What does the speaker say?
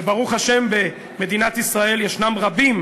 וברוך השם במדינת ישראל יש רבים